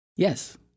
Yes